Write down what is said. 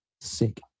sick